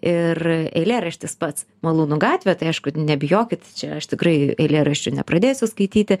ir eilėraštis pats malūnų gatvė tai aišku nebijokit čia aš tikrai eilėraščių nepradėsiu skaityti